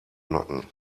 nacken